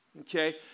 okay